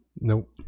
nope